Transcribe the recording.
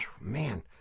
man